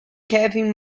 kevin